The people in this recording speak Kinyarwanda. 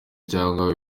cyangwa